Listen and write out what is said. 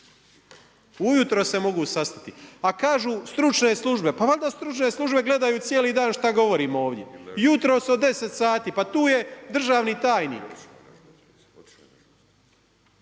Ujutro se mogu sastati. A kažu stručne službe, pa valjda stručne službe gledaju cijeli dan šta govorimo ovdje, jutros od 10 sati, pa tu je državni tajnik.